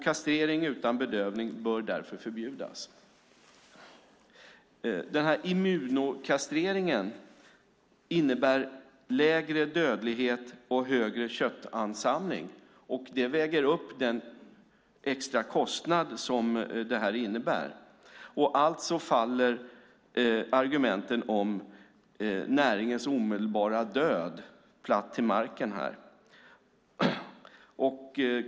Kastrering utan bedövning bör därför förbjudas. Immunokastrering innebär lägre dödlighet och högre köttansamling. Det väger upp den extra kostnad som det innebär. Alltså faller argumenten om näringens omedelbara död platt till marken.